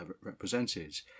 represented